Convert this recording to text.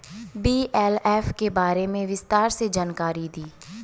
BLF के बारे में विस्तार से जानकारी दी?